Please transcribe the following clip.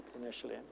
initially